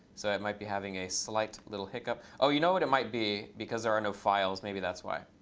so it might be having a slight little hiccup. oh, you know what it might be, because there are no files. maybe that's why.